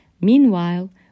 Meanwhile